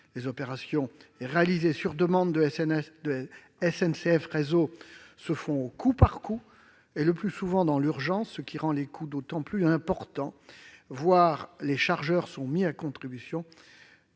Les opérations, réalisées sur demande de SNCF Réseau, se font au coup par coup, et le plus souvent dans l'urgence, ce qui rend les coûts d'autant plus importants. Les chargeurs sont mis à contribution,